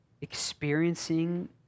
experiencing